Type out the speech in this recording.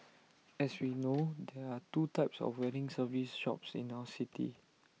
as we know there are two types of wedding service shops in our city